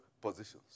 positions